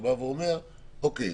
בא ואומר: אוקיי,